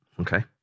Okay